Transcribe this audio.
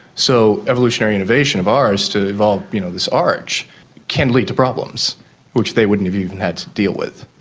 so evolutionary innovation of ours to involve you know this arch can lead to problems which they wouldn't have even had to deal with.